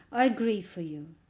i grieve for you.